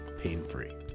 pain-free